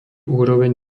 úroveň